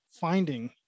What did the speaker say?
finding